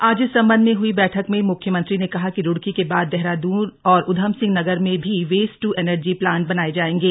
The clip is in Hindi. आज इस संबंध में हुई बैठक में म्ख्यमंत्री ने कहा कि रूड़की के बाद देहरादून और उधमसिंह नगर में भी वेस्ट टू एनर्जी प्लांट बनाये जायेंगे